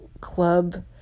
club